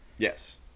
yes